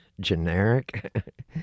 generic